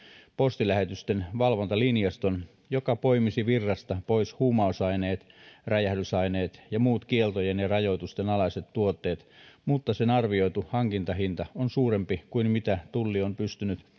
postilähetysten valvontalinjaston joka poimisi virrasta pois huumausaineet räjähdysaineet ja muut kieltojen ja rajoitusten alaiset tuotteet mutta sen arvioitu hankintahinta on suurempi kuin tulli on pystynyt